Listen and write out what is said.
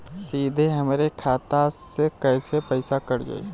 सीधे हमरे खाता से कैसे पईसा कट जाई?